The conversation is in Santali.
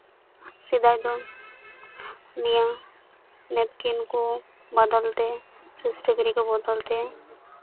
ᱥᱮᱫᱟᱭ ᱫᱚ ᱱᱤᱭᱟᱹ ᱱᱮᱯᱠᱤᱱ ᱠᱚ ᱵᱚᱫᱚᱞ ᱛᱮ ᱥᱮ ᱥᱴᱮᱯᱷᱤᱨᱤ ᱠᱚ ᱵᱚᱫᱚᱞ ᱛᱮ